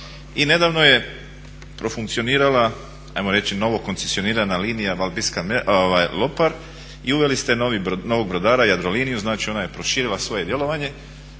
nedavno je profunkcionirala ajmo reći novo koncesionirana Valbiska Lopar i uveli ste novog brodara Jadroliniju, znači ona je proširila svoje djelovanje,